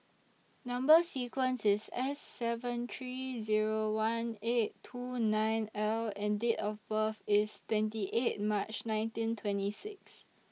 Number sequence IS S seven three Zero one eight two nine L and Date of birth IS twenty eight March nineteen twenty six